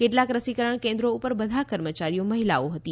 કેટલાક રસીકરણ કેન્દ્રો ઉપર બધા કર્મચારીઓ મહિલાઓ હતી